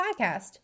Podcast